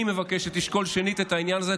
אני מבקש שתשקול שנית את העניין הזה.